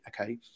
okay